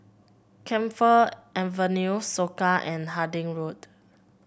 Camphor Avenue Soka and Harding Road